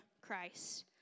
Christ